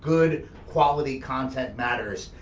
good quality content matters,